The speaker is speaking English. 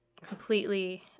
Completely